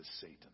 Satan